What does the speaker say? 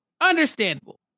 Understandable